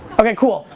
okay, cool.